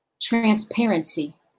transparency